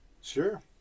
Sure